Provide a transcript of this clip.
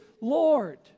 Lord